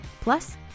Plus